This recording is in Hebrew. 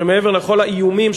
שמעבר לכל האיומים,